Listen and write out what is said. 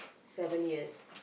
seven years